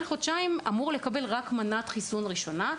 זה הוא אמור לקבל רק מנת חיסון ראשונה.